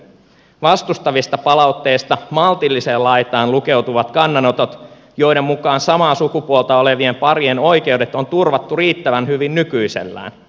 vastustavista palautteista maltilliseen laitaan lukeutuvat kannanotot joiden mukaan samaa sukupuolta olevien parien oikeudet on turvattu riittävän hyvin nykyisellään